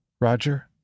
Roger